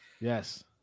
Yes